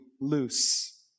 loose